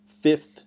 Fifth